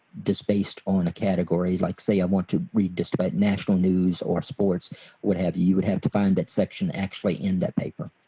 just based on a category like say i want to read just about national news or sports what have you you would have to find that section actually in that paper.